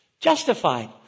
Justified